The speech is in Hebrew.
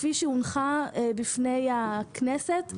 כפי שהונחה בפני הכנסת,